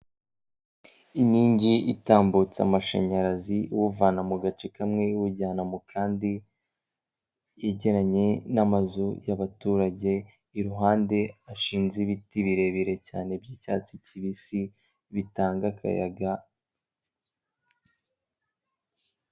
Inkingi itambutse amashanyarazi, iwuvana mu gace kamwe iwujyana mu kandi, yegeranye n'amazu y'abaturage iruhande, hashinze ibiti birebire cyane by'icyatsi kibisi bitanga akayaga.